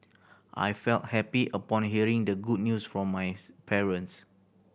I felt happy upon hearing the good news from my parents